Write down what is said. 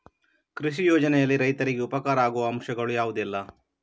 ಕೃಷಿ ಯೋಜನೆಯಲ್ಲಿ ರೈತರಿಗೆ ಉಪಕಾರ ಆಗುವ ಅಂಶಗಳು ಯಾವುದೆಲ್ಲ?